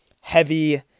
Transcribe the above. heavy